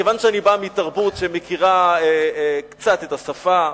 כיוון שאני בא מתרבות שמכירה קצת את השפה,